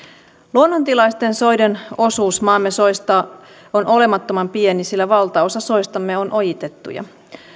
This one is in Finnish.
luonnontilaisten soiden osuus maamme soista on olemattoman pieni sillä valtaosa soistamme on ojitettuja